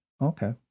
Okay